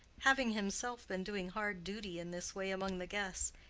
having himself been doing hard duty in this way among the guests,